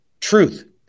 Truth